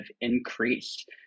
increased